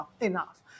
enough